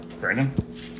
Brandon